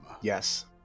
Yes